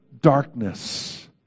darkness